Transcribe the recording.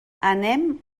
anem